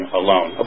alone